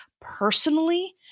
personally